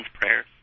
prayers